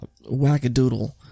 wackadoodle